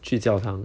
去教堂